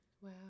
wow